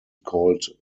called